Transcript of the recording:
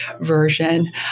version